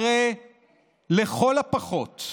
הרי לכל הפחות,